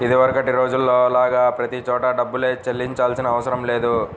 ఇదివరకటి రోజుల్లో లాగా ప్రతి చోటా డబ్బుల్నే చెల్లించాల్సిన అవసరం లేదు